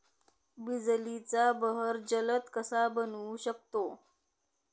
बिजलीचा बहर जलद कसा बनवू शकतो?